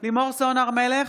לימור סון הר מלך,